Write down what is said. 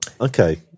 Okay